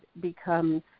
becomes